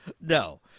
No